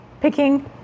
picking